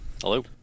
Hello